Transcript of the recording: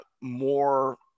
more